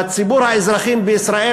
בציבור האזרחי בישראל,